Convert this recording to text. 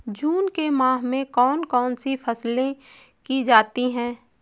जून के माह में कौन कौन सी फसलें की जाती हैं?